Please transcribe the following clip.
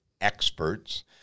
experts